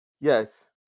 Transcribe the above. Yes